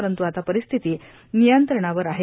परंतु आता परिस्थिती नियंत्रणात आहे